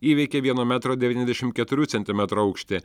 įveikė vieno metro devyniasdešimt keturių centimetrų aukštį